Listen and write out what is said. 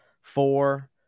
four